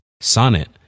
Sonnet